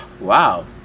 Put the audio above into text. wow